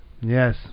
Yes